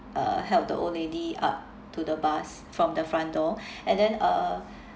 uh help the old lady up to the bus from the front door and then uh